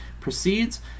proceeds